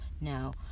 No